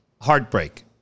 heartbreak